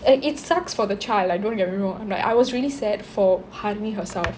uh it sucks for the child like don't get me wrong i'm like I was really sad for harini herself